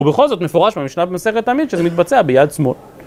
ובכל זאת מפורש במשנה במסכת תמיד, שזה מתבצע ביד שמאל.